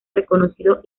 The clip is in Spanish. reconocido